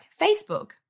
Facebook